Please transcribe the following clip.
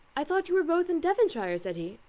i thought you were both in devonshire, said he.